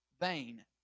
vain